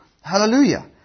Hallelujah